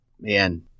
man